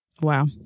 Wow